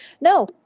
No